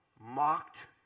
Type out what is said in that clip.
mocked